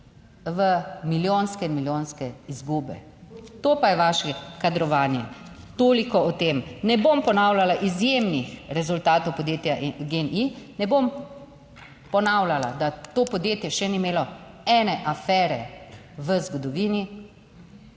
v milijonske, milijonske izgube. To pa je vaše kadrovanje. Toliko o tem. Ne bom ponavljala, izjemnih rezultatov podjetja GEN-I, ne bom ponavljala, da to podjetje še ni imelo ene afere v zgodovini.